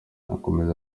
akomeza